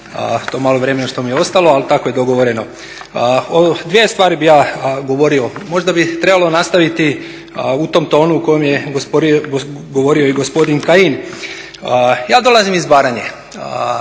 to malo vremena što mi je ostalo, ali tako je dogovoreno. O dvije stvari bih ja govorio. Možda bi trebalo nastaviti u tom tonu u kojem je govorio i gospodin Kajin. Ja dolazim iz Baranje